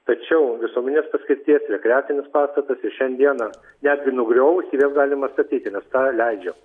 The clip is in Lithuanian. tačiau visuomeninės paskirties rekreacinis pastatas ir šiandieną netgi nugriovus jį vėl galima atstatyti nes tą leidžia